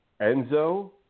Enzo